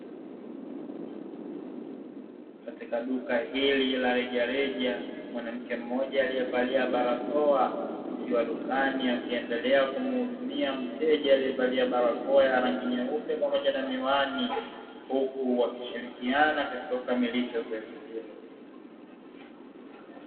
Katika duka hili la rejareja mwanamke mmoja aliyevalia barakoa akiwa dukani, akiendelea kumhudumia mteja aliyevalia barakoa ya rangi nyeupe pamoja na miwani huku wakishirikiana katika kukamilisha zoezi hilo.